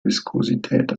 viskosität